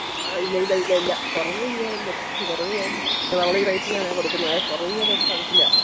ഇല്ല ഇല്ല ഇല്ല ഇല്ല കുറവു ചെയ്യാൻ കുറവുചെയ്യാൻ നമ്മളീ റെയ്റ്റിനാണേ കൊടുക്കുന്നതേ കുറവെയ്യാനായിട്ടു സാധിക്കില്ല